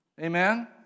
Amen